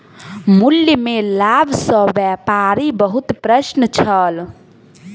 मूल्य में लाभ सॅ व्यापारी बहुत प्रसन्न छल